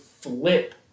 flip